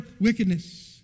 wickedness